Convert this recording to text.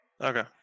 Okay